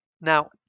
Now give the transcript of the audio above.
Now